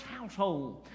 household